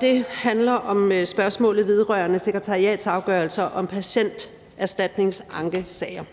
Det handler det om ved spørgsmålet vedrørende sekretariatsafgørelser om patienterstatningsankesager.